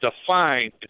defined